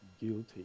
guilty